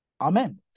Amen